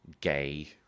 gay